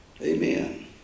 Amen